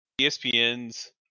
ESPN's